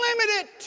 unlimited